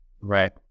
right